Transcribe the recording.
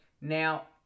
now